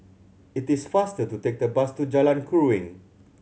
it is faster to take the bus to Jalan Keruing